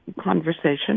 Conversation